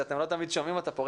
שאתם לא תמיד שומעים אותה פה,